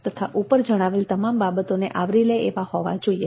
તથા ઉપર જણાવેલ તમામ બાબતોને આવરી લે એવા હોવા જોઈએ